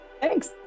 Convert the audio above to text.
Thanks